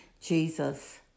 Jesus